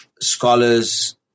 scholars